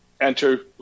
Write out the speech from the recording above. Enter